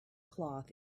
cloth